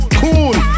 cool